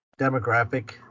demographic